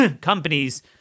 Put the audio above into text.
companies